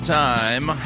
time